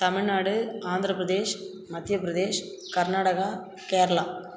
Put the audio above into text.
Tamil Nadu Andhra Pradesh Madhya Pradesh Karnataka Kerala